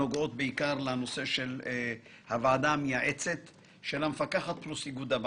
נראה שאין כאן דיון או עיסוק מספק בסוגיות התחרות הכבדות של